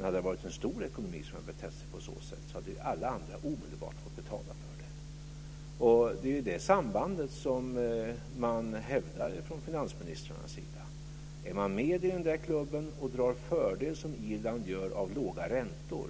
Hade det varit en stor ekonomi som hade betett sig på så sätt hade de andra omedelbart fått betala för det. Det är det sambandet som man hävdar från finansministrarnas sida. Är man med i den klubben och drar fördel som Irland gör av låga räntor